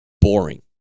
boring